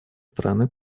стороны